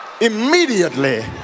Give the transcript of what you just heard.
immediately